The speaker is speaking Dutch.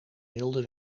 wilde